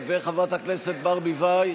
וחברת הכנסת ברביבאי?